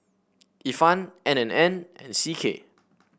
Ifan N and N and C K